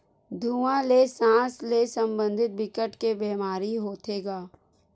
धुवा ले सास ले संबंधित बिकट के बेमारी होथे गा